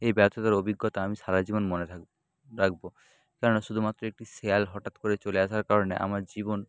এই ব্যর্থতার অভিজ্ঞতা আমি সারা জীবন মনে থাকবো রাখবো কেননা শুধুমাত্র একটি শেয়াল হঠাৎ করে চলে আসার কারণে আমার জীবন